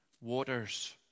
waters